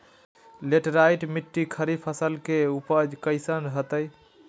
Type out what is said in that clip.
Laterite मिट्टी खरीफ फसल के उपज कईसन हतय?